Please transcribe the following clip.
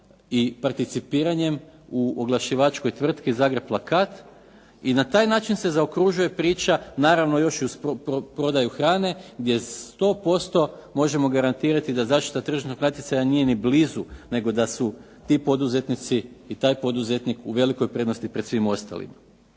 i participiranjem u oglašivačkoj tvrtki Zagreb plakat i na taj način se zaokružuje priča naravno još i uz prodaju hrane gdje 100% možemo garantirati da zaštita tržišnog natjecanja nije ni blizu nego da su ti poduzetnici i taj poduzetnik u velikoj prednosti pred svima ostalima.